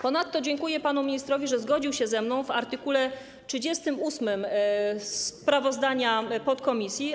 Ponadto dziękuję panu ministrowi, że zgodził się ze mną w art. 38 sprawozdania podkomisji.